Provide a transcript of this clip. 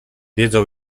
wiedzą